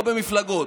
לא במפלגות,